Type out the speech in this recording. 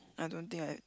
I don't think I